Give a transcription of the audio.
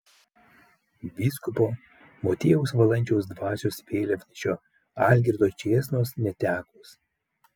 vyskupo motiejaus valančiaus dvasios vėliavnešio algirdo čėsnos netekus